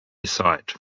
site